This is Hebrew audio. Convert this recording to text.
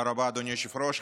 תודה רבה, אדוני היושב-ראש.